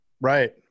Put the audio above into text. Right